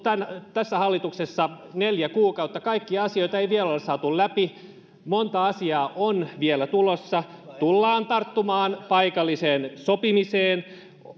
tässä hallituksessa neljä kuukautta kaikkia asioita ei vielä ole saatu läpi monta asiaa on vielä tulossa tullaan tarttumaan paikalliseen sopimiseen